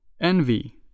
Envy